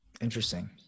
interesting